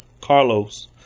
Carlos